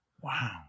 Wow